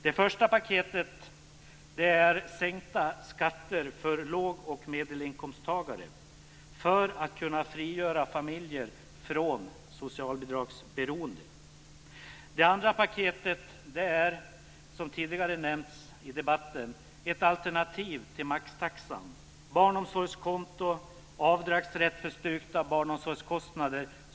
Det första paketet är sänkta skatter för låg och medelinkomsttagare för att man ska kunna frigöra familjer från socialbidragsberoende. Det andra paketet är, som tidigare har nämnts i debatten, ett alternativ till maxtaxan: barnomsorgskonto och avdragsrätt för styrkta barnomsorgskostnader.